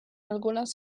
algunas